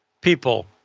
people